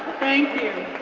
thank you.